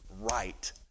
right